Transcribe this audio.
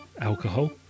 alcohol